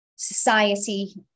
Society